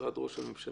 משרד ראש הממשלה,